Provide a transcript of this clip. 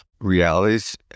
realities